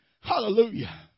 Hallelujah